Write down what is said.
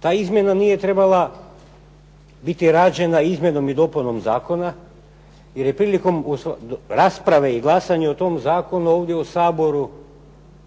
Ta izmjena nije trebala biti rađena izmjenom i dopunom zakona, jer je prilikom rasprave i glasanje o tom zakonu ovdje u Saboru,